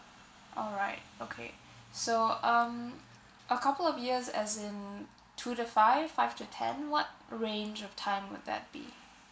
alright okay so um a couple of years as in two to five five to ten what range of time would that be